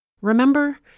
Remember